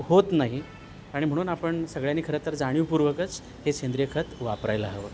होत नाही आणि म्हणून आपण सगळ्यांनी खरं तर जाणीवपूर्वकच हे सेंद्रिय खत वापरायला हवं